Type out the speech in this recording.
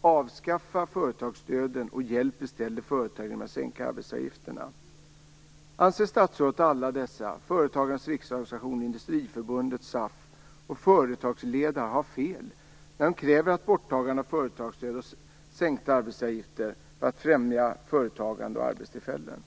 Avskaffa företagsstöden och hjälp företagen i stället genom att sänka arbetsgivaravgifterna. Anser statsrådet att alla dessa - Företagarnas riksorganisation, Industriförbundet, SAF och företagsledarna - har fel när de kräver ett borttagande av företagsstöden och sänkta arbetsgivaravgifter för att främja företagande och arbetstillfällen?